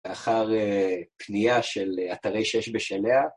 לאחר... אה... פנייה של... אה... אתרי שש בש אליה...